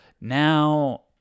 Now